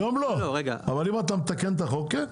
היום לא אבל אם אתה מתקן את החוק כן.